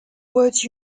words